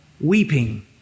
weeping